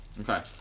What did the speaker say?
Okay